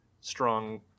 strong